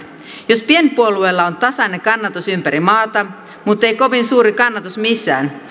jos pienpuolueella on tasainen kannatus ympäri maata muttei kovin suuri kannatus missään